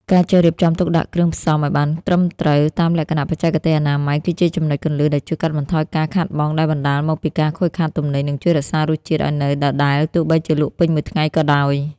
ការចេះរៀបចំទុកដាក់គ្រឿងផ្សំឱ្យបានត្រឹមត្រូវតាមលក្ខណៈបច្ចេកទេសអនាម័យ គឺជាចំណុចគន្លឹះដែលជួយកាត់បន្ថយការខាតបង់ដែលបណ្ដាលមកពីការខូចខាតទំនិញ និងជួយរក្សារសជាតិឱ្យនៅដដែលទោះបីជាលក់ពេញមួយថ្ងៃក៏ដោយ។